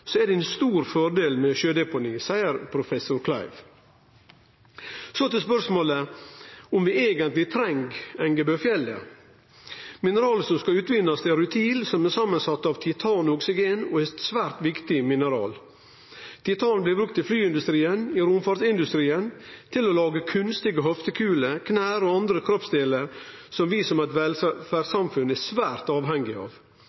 Så til spørsmålet om vi eigentleg treng drifta i Engebøfjellet. Mineralet som skal utvinnast, er rutil, som er samansett av titan og oksygen, og er eit svært viktig mineral. Titan blir brukt i flyindustrien, i romfartsindustrien, til å lage kunstige hoftekular, kne og andre kroppsdelar som vi som eit velferdssamfunn er svært avhengige av.